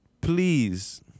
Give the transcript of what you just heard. Please